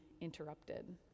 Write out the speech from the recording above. interrupted